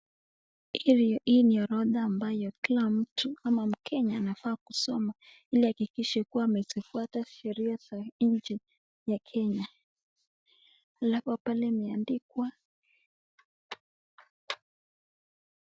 Hii ni orodha ambayo ama Mkenya anafaa kusoma ili ahakikishe kuwa amefuata sheria za nchi ya Kenya. Halafu pale imeandikwa.